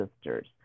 sisters